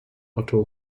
otto